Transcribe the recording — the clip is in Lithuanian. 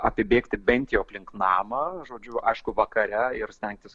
apibėgti bent jau aplink namą žodžiu aišku vakare ir stengtis